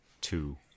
two